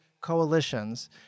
coalitions